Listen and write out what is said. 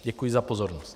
Děkuji za pozornost.